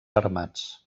armats